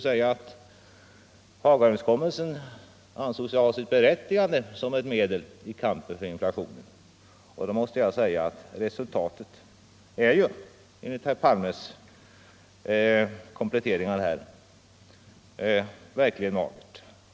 Hagaöverenskommelsen ansågs ju berättigad som ett medel i kampen mot inflationen, men efter Palmes kompletteringar nu måste jag säga att resultatet av överenskommelsen verkligen är magert.